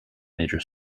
major